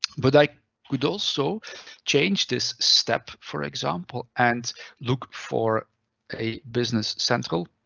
but i would also change this step, for example, and look for a business central